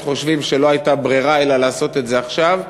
חושבים שלא הייתה ברירה אלא לעשות את זה עכשיו,